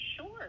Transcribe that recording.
sure